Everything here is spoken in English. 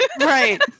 Right